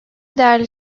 değerli